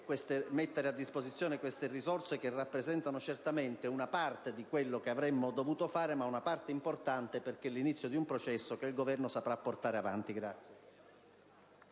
mettendo a disposizione queste risorse, che rappresentano certamente solo una parte di quello che avremmo dovuto fare, ma una parte importante, perché è l'inizio di un processo che il Governo saprà portare avanti.